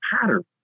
pattern